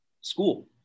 school